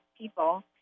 people